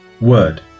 word